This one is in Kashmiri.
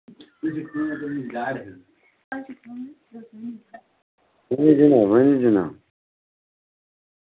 ؤنِو جِناب ؤنِو جِناب